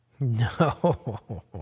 No